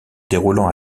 déroulant